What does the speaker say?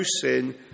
sin